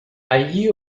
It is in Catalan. allí